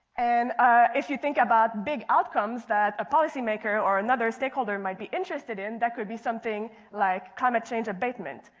and ah if you think about big outcomes that a policymaker or another stakeholder might be interested in, that could be something like climate change abatement.